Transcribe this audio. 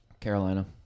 Carolina